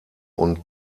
und